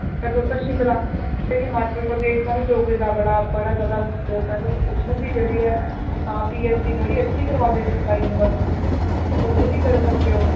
तुस शिमला हिमाचल प्रदेश दा बी डोगरी दा बड़ा बड़ा जैदा स्कोप ऐ तुस उत्थुआं बी जेह्ड़ी ऐ हां पीऐच्चडी बड़ी अच्छी करोआंदे शिमला यूनिवर्सिटी च तुस उद्धरूं बी करी सकदे ओ